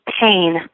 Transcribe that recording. pain